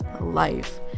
life